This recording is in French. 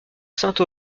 sainte